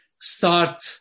start